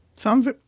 sounds like.